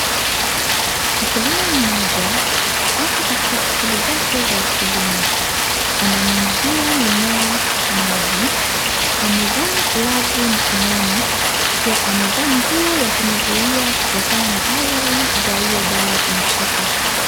Mkulima mmoja, ako katika shuguli zake, za ukulima, ana nyunyizia mimea maji, amevaa glavu mkononi, pia amevaa nguo ya kumzuia kutokana na athari za hio dawa kumshika.